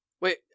Wait